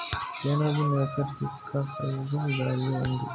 ಸೆಣಬು ನೈಸರ್ಗಿಕ ಫೈಬರ್ ಗಳಲ್ಲಿ ಒಂದು